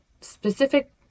specific